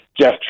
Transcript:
Jeff